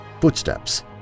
Footsteps